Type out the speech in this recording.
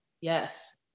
yes